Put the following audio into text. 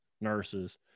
nurses